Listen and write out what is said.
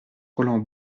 roland